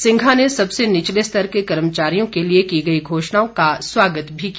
सिंघा ने सबसे निचले स्तर के कर्मचारियों के लिए की गई घोषणाओं का स्वागत भी किया